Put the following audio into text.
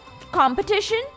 competition